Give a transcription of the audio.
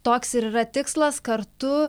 toks ir yra tikslas kartu